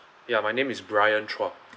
yeah my name is bryan chua